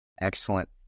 Excellent